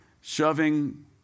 shoving